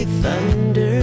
thunder